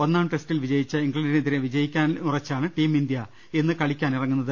ഒന്നാം ടെസ്റ്റിൽ വിജയിച്ച ിംഗ്ലണ്ടിനെതിരെ വിജ യിക്കാനുറച്ചാണ് ടീം ഇന്ത്യ ഇന്ന് കളിക്കാൻ ഇറങ്ങുന്നത്